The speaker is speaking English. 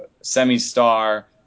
semi-star